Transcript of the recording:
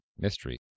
mystery